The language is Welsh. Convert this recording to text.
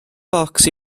bocs